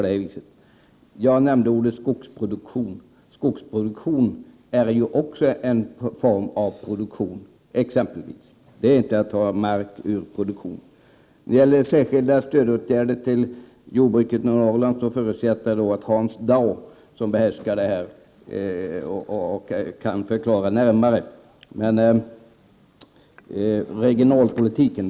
Jag nämnde ordet skogsproduktion. Det är också en form av produktion. Det är inte att ta mark ur livsmedelsproduktion. När det gäller särskilda stödåtgärder till jordbruket i Norrland, förutsätter jag att Hans Dau som behärskar detta kan förklara närmare.